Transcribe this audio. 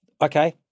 okay